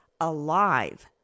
alive